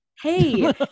Hey